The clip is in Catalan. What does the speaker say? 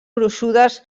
gruixudes